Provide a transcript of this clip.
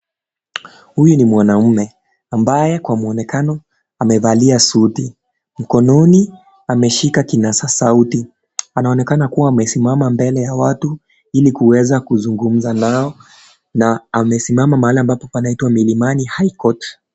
Huyu ni mwanaume, ambaye kwa muonekano amevalia suti, mkononi ameshika kinasa sauti, anaonekana amesimama mbele ya watu ili kuweza kuzungumza nao na amesimama mahali ambapo panaitwa milimani high court.